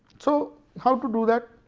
so how to do that